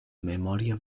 memòria